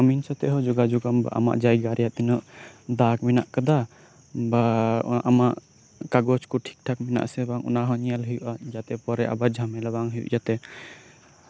ᱟᱨ ᱟᱢᱤᱱ ᱥᱟᱶᱛᱮ ᱦᱚᱢ ᱡᱳᱜᱟᱡᱳᱜᱽᱼᱟ ᱟᱢᱟᱜ ᱡᱟᱭᱜᱟ ᱨᱮᱭᱟᱜ ᱛᱤᱱᱟᱹᱜ ᱫᱟᱜ ᱢᱮᱱᱟᱜ ᱟᱠᱟᱫᱟ ᱵᱟ ᱟᱢᱟᱜ ᱠᱟᱜᱤᱡ ᱠᱚ ᱴᱷᱤᱠ ᱴᱷᱟᱠ ᱢᱮᱱᱟᱜ ᱟᱥᱮ ᱵᱟᱝ ᱚᱱᱟ ᱦᱚᱸ ᱧᱮᱞ ᱦᱳᱭᱳᱜᱼᱟ ᱡᱟᱛᱮ ᱯᱚᱨᱮ ᱟᱵᱟᱨ ᱡᱷᱟᱢᱮᱞᱟ ᱟᱞᱚ ᱦᱳᱭᱳᱜ ᱢᱟ ᱵᱟᱝ ᱦᱳᱭᱳᱜ ᱡᱟᱛᱮ